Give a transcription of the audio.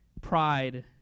Pride